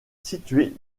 située